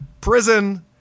prison